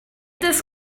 this